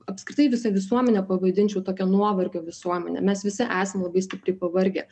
apskritai visą visuomenę pavadinčiau tokia nuovargio visuomene mes visi esam labai stipriai pavargę